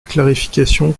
clarification